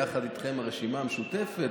יחד איתכם הרשימה המשותפת,